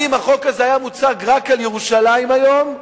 אני, אם החוק הזה היה מוצג רק על ירושלים היום,